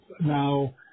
Now